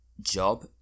job